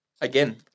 again